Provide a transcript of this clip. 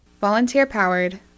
Volunteer-powered